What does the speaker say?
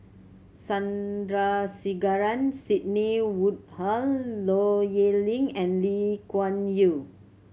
Sandrasegaran Sidney Woodhull Low Yen Ling and Lee Kuan Yew